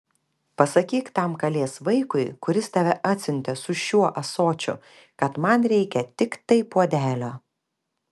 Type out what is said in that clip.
pasakyk tam kalės vaikui kuris tave atsiuntė su šiuo ąsočiu kad man reikia tiktai puodelio